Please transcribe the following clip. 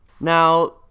Now